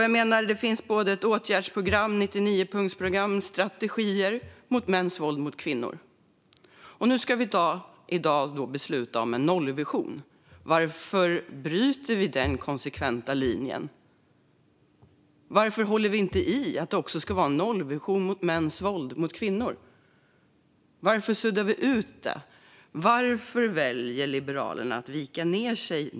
Det finns åtgärdsprogram, 99-punktsprogram och strategier mot mäns våld mot kvinnor. I dag ska beslut tas om en nollvision. Varför bryter vi den konsekventa linjen? Varför håller vi inte i att det ska vara en nollvision för mäns våld mot kvinnor? Varför suddar vi ut detta? Varför väljer Liberalerna att vika ned sig?